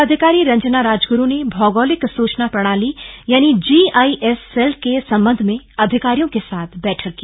जिलाधिकारी रंजना राजगुरू ने भौगोलिक सूचना प्रणाली यानि जीआईएस सेल के सम्बन्ध में अधिकारियों के साथ बैठक की